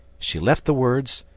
she left the words,